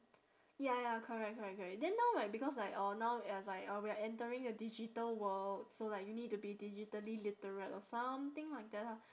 ya ya correct correct correct then now right because like uh now it's like uh we are entering a digital world so like you need to be like digitally literate or something like that ah